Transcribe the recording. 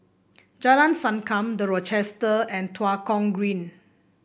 Jalan Sankam The Rochester and Tua Kong Green